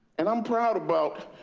and i'm proud about,